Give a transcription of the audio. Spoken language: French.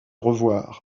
revoir